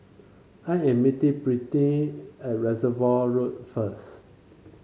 I am meeting Brittni at Reservoir Road first